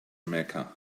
mecca